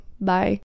Bye